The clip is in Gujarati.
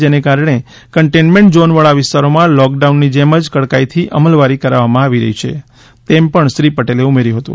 જેને કારણે કન્ટેન્ટમેન્ટ ઝોન વાળા વિસ્તારોમાં લોકડાઉનની જેમ જ કડકાઇથી અમલવારી કરાવવામાં આવી રહી છે તેમ શ્રી પટેલે ઉમેર્યુ હતુ